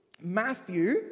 Matthew